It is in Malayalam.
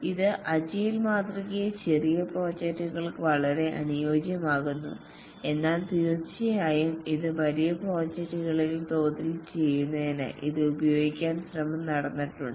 ഇത് അജിലേ മാതൃകയെ ചെറിയ പ്രോജക്റ്റുകൾക്ക് വളരെ അനുയോജ്യമാക്കുന്നു എന്നാൽ തീർച്ചയായും ഇത് വലിയ പ്രോജക്റ്റുകളിലേക്ക് തോതിൽ ചെയ്യുന്നതിന് ഇത് ഉപയോഗിക്കാൻ ശ്രമം നടന്നിട്ടുണ്ട്